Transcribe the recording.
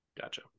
Gotcha